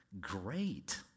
great